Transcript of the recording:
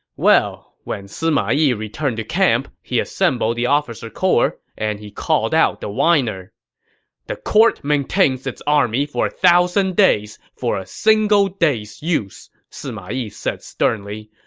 well, when sima yi returned to camp, he assembled the officer corps and called out the whiner the court maintains its army for a thousand days for a single day's use, sima yi said sternly.